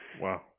Wow